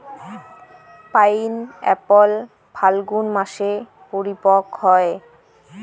pineapple ফাল্গুন মাসে পরিপক্ব হয়